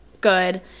good